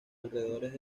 alrededores